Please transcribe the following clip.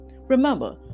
Remember